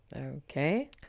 Okay